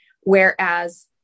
whereas